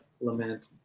lament